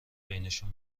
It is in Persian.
بینشون